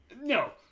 No